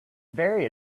very